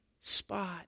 spot